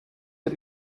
der